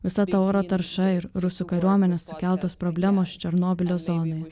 visa ta oro tarša ir rusų kariuomenės sukeltos problemos černobylio zonoje